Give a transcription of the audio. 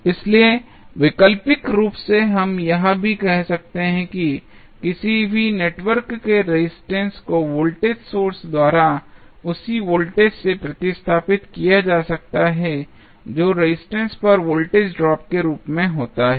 इसलिए वैकल्पिक रूप से हम यह भी कह सकते हैं कि किसी भी नेटवर्क के रेजिस्टेंस को वोल्टेज सोर्स द्वारा उसी वोल्टेज से प्रतिस्थापित किया जा सकता है जो रेजिस्टेंस पर वोल्टेज ड्रॉप के रूप में होता है